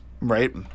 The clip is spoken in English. right